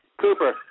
Cooper